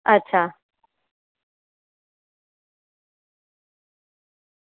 અચ્છા